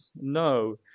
No